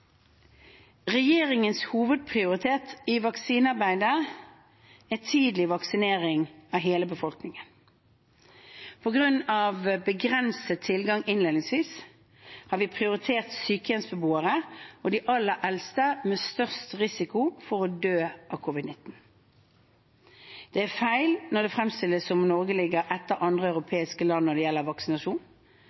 Regjeringens hovedprioritet i vaksinearbeidet er tidlig vaksinering av hele befolkningen. På grunn av begrenset tilgang innledningsvis har vi prioritert sykehjemsbeboere og de aller eldste med størst risiko for å dø av covid-19. Det er feil når det fremstilles som om Norge ligger etter andre europeiske land når det gjelder vaksinasjon.